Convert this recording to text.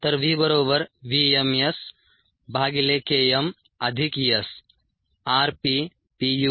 तर v बरोबर v m S भागिले K m अधिक S